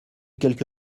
quelque